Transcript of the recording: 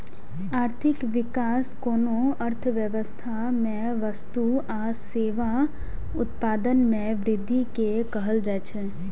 आर्थिक विकास कोनो अर्थव्यवस्था मे वस्तु आ सेवाक उत्पादन मे वृद्धि कें कहल जाइ छै